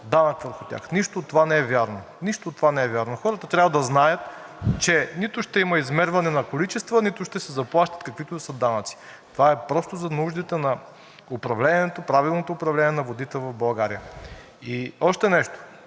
данък върху тях. Нищо от това не е вярно. Хората трябва да знаят, че нито ще има измерване на количества, нито ще се заплащат каквито и да са данъци. Това е просто за нуждите на управлението, правилното управление на водите в България. Още нещо,